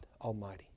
Almighty